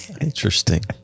Interesting